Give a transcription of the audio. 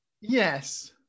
Yes